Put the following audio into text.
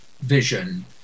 vision